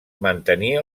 mantenir